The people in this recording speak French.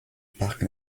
parc